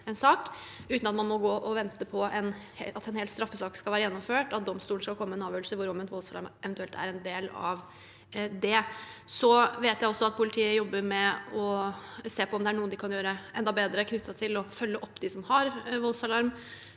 uten at man må gå og vente på at en hel straffesak skal være gjennomført og at domstolen skal komme med en avgjørelse hvor omvendt voldsalarm eventuelt er en del av det. Jeg vet også at politiet jobber med å se på om det er noe de kan gjøre enda bedre knyttet til å følge opp dem som har voldsalarm.